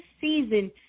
season